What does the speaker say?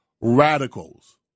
radicals